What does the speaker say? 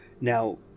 Now